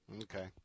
Okay